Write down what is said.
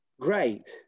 great